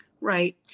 Right